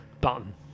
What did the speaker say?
button